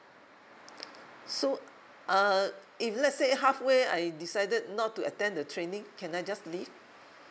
so uh if let's say halfway I decided not to attend the training can I just leave